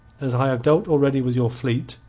as i have dealt already with your fleet,